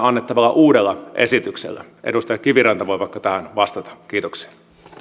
annettavalla uudella esityksellä edustaja kiviranta voi vaikka tähän vastata kiitoksia